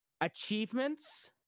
Achievements